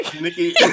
Nikki